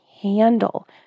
handle